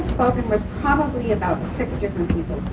with probably about six different